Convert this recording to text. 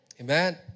Amen